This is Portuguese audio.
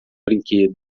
brinquedo